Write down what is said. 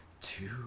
two